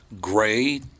gray